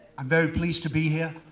i'm very pleased to be here.